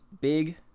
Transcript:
Big